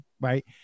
right